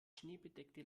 schneebedeckte